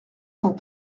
cent